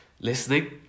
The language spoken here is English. listening